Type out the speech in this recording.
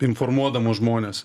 informuodamas žmones